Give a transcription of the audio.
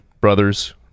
brothers